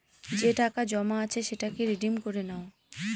যে টাকা জমা আছে সেটাকে রিডিম করে নাও